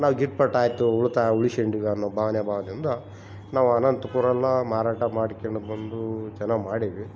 ನಾವು ಗಿಟ್ಪಟ್ ಆಯಿತು ಉಳಿತಾಯ ಉಳಿಸ್ಕೊಂಡಿವಿ ಅನ್ನೋ ಭಾವ್ನೆ ಭಾವ್ದಿಂದ ನಾವು ಅನಂತಪುರನ ಮಾರಾಟ ಮಾಡ್ಕೊಂಡ್ ಬಂದು ಚೆನ್ನಾಗ್ ಮಾಡೀವಿ